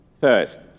first